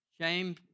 shame